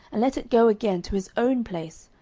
and let it go again to his own place,